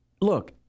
look